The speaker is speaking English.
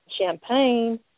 champagne